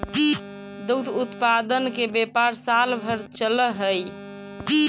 दुग्ध उत्पादन के व्यापार साल भर चलऽ हई